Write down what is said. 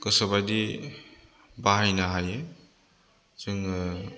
गोसोबायदि बाहायनो हायो जोङो